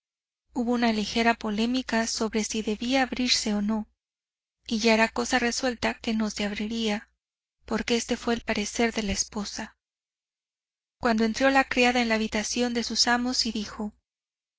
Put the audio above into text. hubo una ligera polémica sobre si debía abrirse o no y ya era cosa resuelta que no se abriría porque este fue el parecer de la esposa cuando entró la criada en la habitación de sus amos y dijo